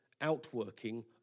outworking